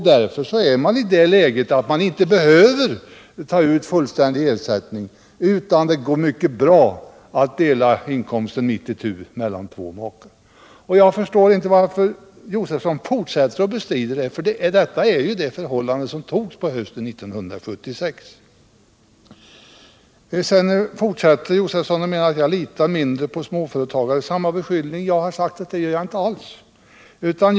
Därför behöver man inte ta ut full ersättning utan det går mycket bra att dela inkomsten mitt itu mellan två makar. Jag förstår inte varför herr Josefson fortsätter att bestrida detta. Det är ju den ordning som genomfördes hösten 1976. Herr Josefson fortsatte med att säga att jag litar mindre på småföretagare än på andra. Jag har sagt att så inte alls är förhållandet.